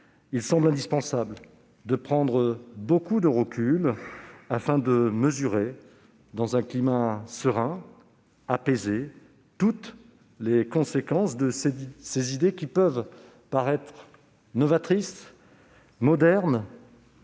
il semble indispensable de prendre beaucoup de recul pour mesurer dans un climat serein et apaisé toutes les conséquences d'idées qui peuvent paraître novatrices, modernes,